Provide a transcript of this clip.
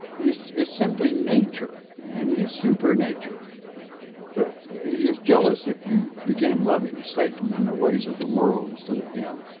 and it's it's simply nature and he's super nature that he is jealous if you began loving satan and the ways of the world instead of him.